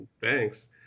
thanks